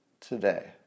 today